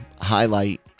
highlight